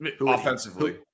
Offensively